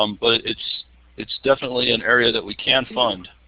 um but it's it's definitely an area that we can fund.